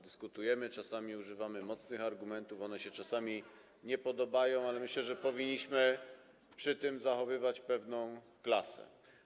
Dyskutujemy, czasami używamy mocnych argumentów, one się czasami nie podobają, ale myślę, że powinniśmy przy tym zachowywać pewną klasę.